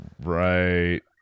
right